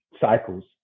cycles